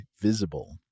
Visible